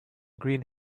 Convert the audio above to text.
green